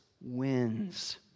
wins